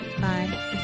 bye